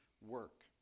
work